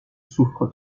souffres